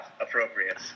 Appropriate